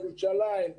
ירושלים,